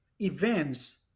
events